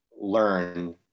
learn